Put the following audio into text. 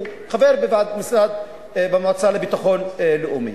הוא חבר במועצה לביטחון לאומי.